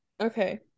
Okay